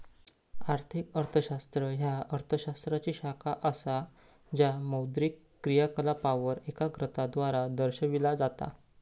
आर्थिक अर्थशास्त्र ह्या अर्थ शास्त्राची शाखा असा ज्या मौद्रिक क्रियाकलापांवर एकाग्रता द्वारा दर्शविला जाता